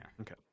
Okay